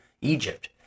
Egypt